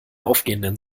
aufgehenden